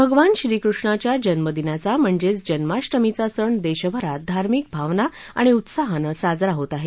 भगवान श्रीकृष्णाच्या जन्म दिनाचा म्हणजेच जन्माष्टमीचा सण देशभरात धार्मिक भावना आणि उत्साहानं साजरा होत आहे